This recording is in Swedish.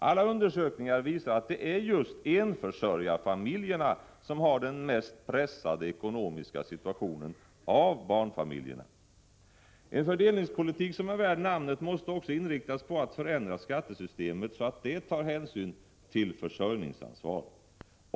Alla undersökningar visar att det är just enförsörjarfamiljerna som har den mest pressade ekonomiska situationen av barnfamiljerna. En fördelningspolitik som är värd namnet måste också inriktas på att förändra skattesystemet så att det tar hänsyn till försörjningsansvar.